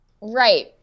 Right